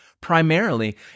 primarily